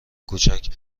کوچک